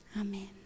Amen